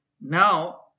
now